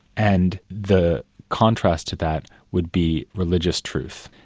and the contrast to that would be religious truth.